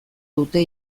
dute